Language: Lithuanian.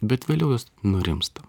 bet vėliau jos nurimsta